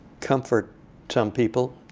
comfort some people.